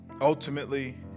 ultimately